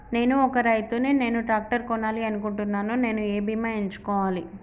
నేను ఒక రైతు ని నేను ట్రాక్టర్ కొనాలి అనుకుంటున్నాను నేను ఏ బీమా ఎంచుకోవాలి?